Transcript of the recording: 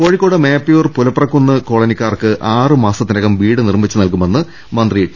കോഴിക്കോട് മേപ്പയ്യൂർ പുലപ്രക്കുന്ന് കോളനിക്കാർക്ക് ആറുമാസത്തിനകം വീട് നിർമ്മിച്ച് നൽകുമെന്ന് മന്ത്രി ടി